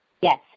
Yes